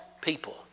people